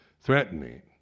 threatening